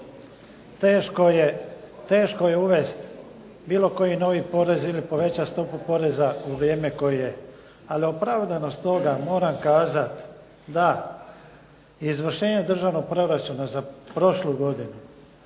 teško je uvest bilo koji novi porez ili povećat stopu poreza u vrijeme koje, ali opravdanost toga, moram kazat da izvršenje državnog proračuna za prošlu godinu